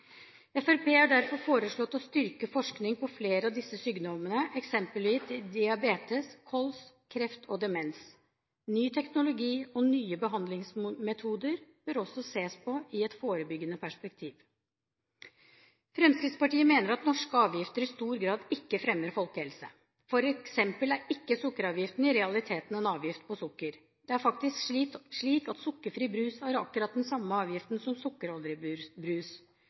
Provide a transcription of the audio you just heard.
Fremskrittspartiet har derfor foreslått å styrke forskning på flere av disse sykdommene, eksempelvis diabetes, KOLS, kreft og demens. Ny teknologi og nye behandlingsmetoder bør også ses på i et forebyggende perspektiv. Fremskrittspartiet mener at norske avgifter i stor grad ikke fremmer folkehelse. For eksempel er ikke sukkeravgiften i realiteten en avgift på sukker. Det er faktisk slik at sukkerfri brus har akkurat den samme avgiften som sukkerholdig brus,